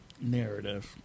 narrative